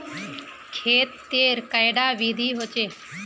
खेत तेर कैडा विधि होचे?